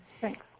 Thanks